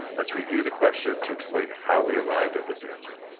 let's review the question to explain how we arrived at this answer